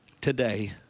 Today